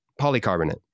polycarbonate